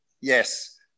yes